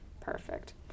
Perfect